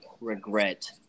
regret